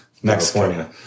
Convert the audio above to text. California